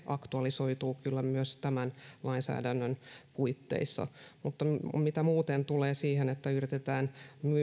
aktualisoituu kyllä myös tämän lainsäädännön puitteissa mutta mitä muuten tulee siihen että yritetään